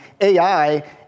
AI